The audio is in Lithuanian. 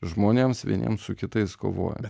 žmonėms vieniems su kitais kovojant